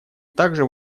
также